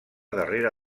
darrere